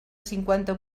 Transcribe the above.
cinquanta